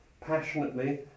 passionately